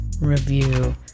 review